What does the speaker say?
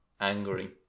angry